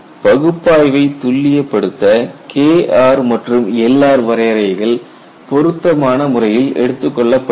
பகுப்பாய்வை துல்லிய படுத்த Kr மற்றும் Lr வரையறைகள் பொருத்தமான முறையில் எடுத்துக்கொள்ளப்படுகின்றன